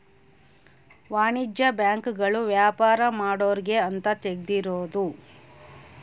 ವಾಣಿಜ್ಯ ಬ್ಯಾಂಕ್ ಗಳು ವ್ಯಾಪಾರ ಮಾಡೊರ್ಗೆ ಅಂತ ತೆಗ್ದಿರೋದು